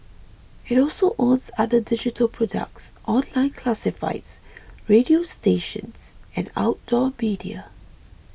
it also owns other digital products online classifieds radio stations and outdoor media